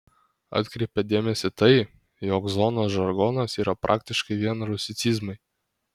atkreipia dėmesį tai jog zonos žargonas yra praktiškai vien rusicizmai